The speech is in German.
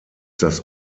das